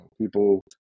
people